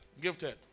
gifted